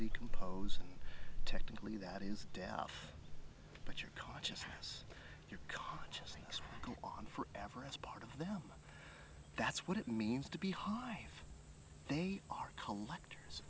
decompose and technically that is death but your consciousness your consciousness go on forever as part of them that's what it means to be high they are collector